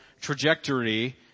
trajectory